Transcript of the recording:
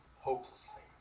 hopelessly